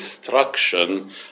destruction